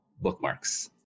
Bookmarks